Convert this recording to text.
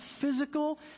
physical